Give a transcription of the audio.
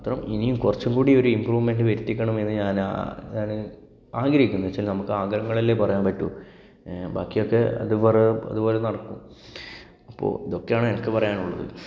ഇനിയും കുറച്ചുകൂടി ഒരു ഇംപ്രൂവ്മെൻറ് വരുത്തിക്കണമെന്ന് ഞാൻ ഞാന് ആഗ്രഹിക്കുന്നതെന്ന് വെച്ചാല് ആഗ്രഹങ്ങളല്ലെ പറയാൻ പറ്റു ബാക്കിയൊക്കെ അതുപോലെ നടക്കും അപ്പോൾ ഇതൊക്കെയാണ് എനിക്ക് പറയാനുള്ളത്